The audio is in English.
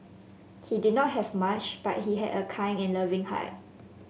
he did not have much but he had a kind and loving heart